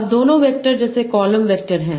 अब दोनों वेक्टर जैसे कॉलम वैक्टर हैं